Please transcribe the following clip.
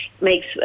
makes